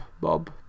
Bob